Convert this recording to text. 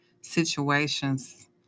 situations